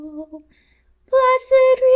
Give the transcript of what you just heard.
Blessed